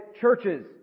churches